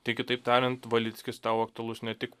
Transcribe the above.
tai kitaip tariant valickis tau aktualus ne tik